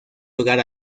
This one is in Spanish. lugar